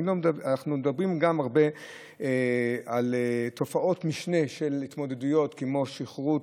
אנחנו מדברים הרבה גם על תופעות משנה בהתמודדויות כמו שכרות,